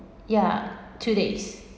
ya two days